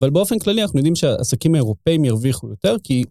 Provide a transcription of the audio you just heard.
אבל באופן כללי אנחנו יודעים שהעסקים האירופאיים ירוויחו יותר כי...